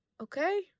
okay